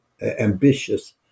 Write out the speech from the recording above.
ambitious